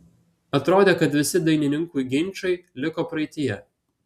atrodė kad visi dainininkių ginčai liko praeityje